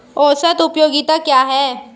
औसत उपयोगिता क्या है?